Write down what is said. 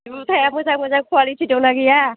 जुथाया मोजां मोजां कवालिटि दंना गैया